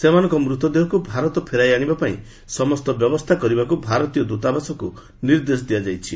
ସେମାନଙ୍କ ମୃତଦେହକୁ ଭାରତ ଫେରାଇ ଆଣିବା ପାଇଁ ସମସ୍ତ ବ୍ୟବସ୍ଥା କରିବାକୁ ଭାରତୀୟ ଦୂତାବାସକୁ ନିର୍ଦ୍ଦେଶ ଦିଆଯାଇଛି